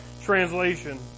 translation